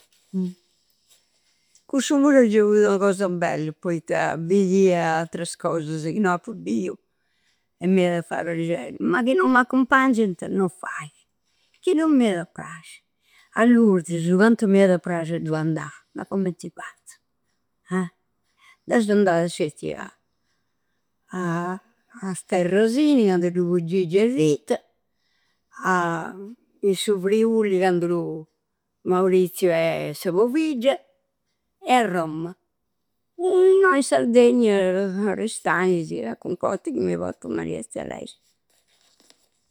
Cussu pura già fudi ua cosa bella, poitta biri is attras cosasa chi no appu biu e mi ada a fai prasceri, ma chi no m'accumpangianta no faidi. Chi no mi ada a prasci a Lourdes, cantu m'ada a prasci a du andai! Ma commenti fazzu? Ah! Deu seu andada scetti a as terra sinia de du fudi Gigi e Rita a. In su Friuli candu Mauriziu e sa pobidda e a Roma. Innoi in Sardegna a Aristaisi can cu otta mi porta Maria Teresa.